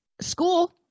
school